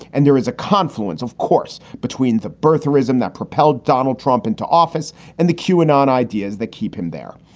and there is a confluence, of course, between the birther ism that propelled donald trump into office and the kuhnen ideas that keep him there.